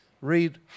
read